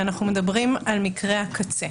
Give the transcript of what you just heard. כשאנחנו מדברים על מקרי הקצה,